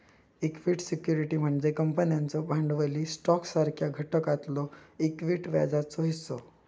equity security म्हणजे कंपन्यांचो भांडवली स्टॉकसारख्या घटकातलो इक्विटी व्याजाचो हिस्सो